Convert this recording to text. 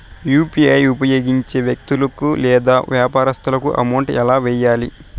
UPI ఉపయోగించి వ్యక్తులకు లేదా వ్యాపారస్తులకు అమౌంట్ ఎలా వెయ్యాలి